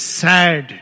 sad